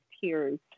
tears